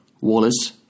Wallace